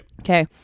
Okay